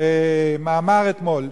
מאמר אתמול,